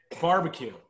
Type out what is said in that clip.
barbecue